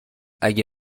اگه